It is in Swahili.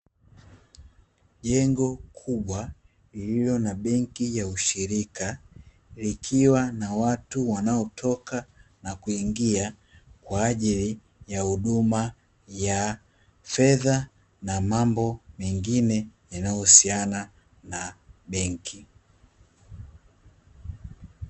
Jengo kubwa lililo na benki ya ushirika, likiwa na watu wanaotoka na kuingia kwa ajili ya huduma ya fedha na mambo mengine yanayohusiana na benki.